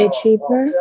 cheaper